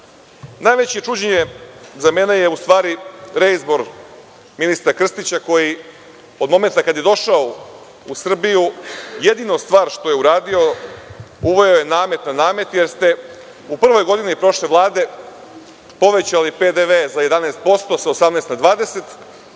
rezerve. Najveće čuđenje za mene je u stvari reizbor ministra Krstića, koji od momenta kad je došao u Srbiju, jedina stvar koju je uradio, jeste da je uveo namet na namet, jer ste u prvoj godini prošle Vlade povećali PDV za 11%, sa 18 na 20.